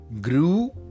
grew